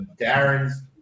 Darren's